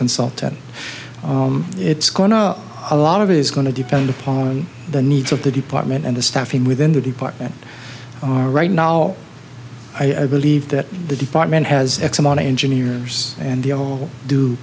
consultant it's going to a lot of it is going to depend upon the needs of the department and the staffing within the department right now i believe that the department has x amount of engineers and they all do